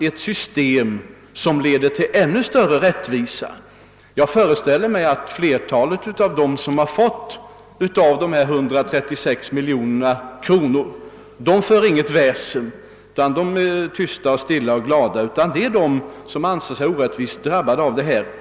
ett system som leder till ännu större rättvisa. Jag föreställer mig att flertalet av dem som har fått del av dessa 136 miljoner kronor inte för något väsen utan är tysta, stilla och glada. Det är de som anser sig orättvist behandlade som låter höra av sig.